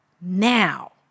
now